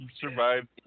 survive